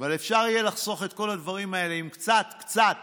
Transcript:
אבל אפשר יהיה לחסוך את כל הדברים האלה אם קצת קצת